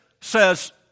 says